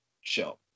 show